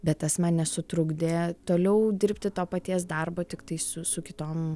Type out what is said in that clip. bet tas man nesutrukdė toliau dirbti to paties darbo tiktai su su kitom